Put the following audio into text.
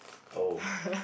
oh